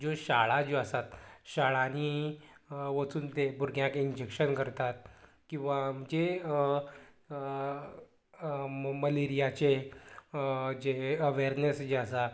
ज्यो शाळा ज्यो आसात शाळांनी वटून ते भुरग्यांक इंजेक्शन करतात किंवां म्हणजे मलेरियाचें जें अवेरनेस जें आसा